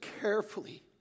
carefully